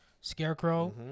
Scarecrow